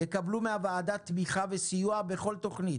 יקבלו מהוועדה תמיכה וסיוע בכל תוכנית